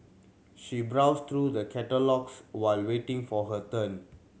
she browsed through the catalogues while waiting for her turn